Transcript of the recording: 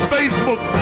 Facebook